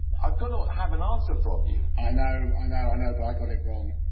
i've got to have an answer from you. i know, i know, i know. but i got it wrong.